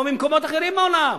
או ממקומות אחרים בעולם.